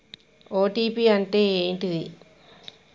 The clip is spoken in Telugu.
ఓ.టీ.పి అంటే ఏంటిది?